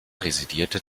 residierte